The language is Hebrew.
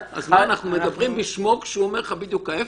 אנחנו מדברים בשמו כשהוא אומר בדיוק ההפך?